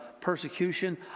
persecution